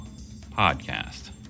podcast